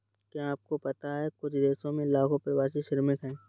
क्या आपको पता है कुछ देशों में लाखों प्रवासी श्रमिक हैं?